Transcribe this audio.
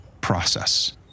process